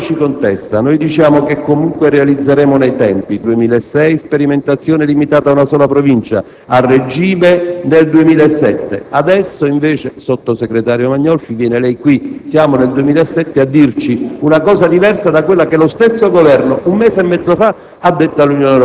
l'Europa ci contesta; noi sosteniamo che comunque realizzeremo nei tempi la sperimentazione che sarà nel 2006 limitata ad una sola Provincia e a regime nel 2007; adesso, invece, sottosegretario Magnolfi, lei viene qui - siamo nel 2007 - a dirci una cosa diversa da quello che lo stesso Governo, un mese e mezzo fa,